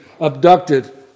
abducted